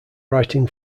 writing